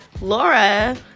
laura